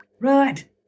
Right